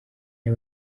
iyo